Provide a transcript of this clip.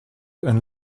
and